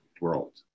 world